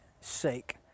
Sake